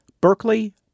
Berkeley